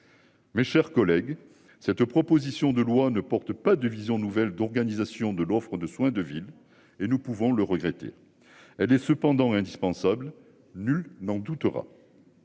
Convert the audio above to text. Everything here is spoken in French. Mes chers collègues, cette proposition de loi ne porte pas de vision nouvelle d'organisation de l'offre de soins de ville et nous pouvons le regretter. Elle est cependant indispensable. Nul n'en doute